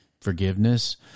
forgiveness